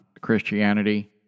Christianity